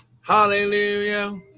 Hallelujah